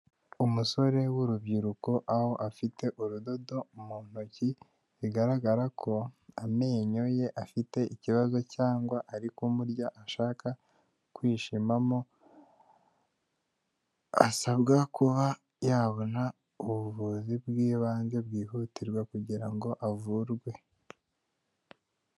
Umusore w'urubyiruko aho afite urudodo mu ntoki, bigaragara ko amenyo ye afite ikibazo cyangwa ari kumurya ashaka kwishimamo, asabwa kuba yabona ubuvuzi bw'ibanze bwihutirwa kugira ngo avurwe.